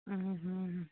ହଁ ହଁ ହଁ